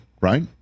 right